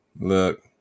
Look